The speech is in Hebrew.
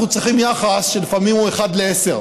אנחנו צריכים יחס שלפעמים הוא אחד לעשר,